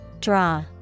Draw